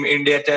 India